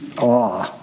awe